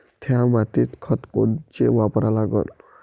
थ्या मातीत खतं कोनचे वापरा लागन?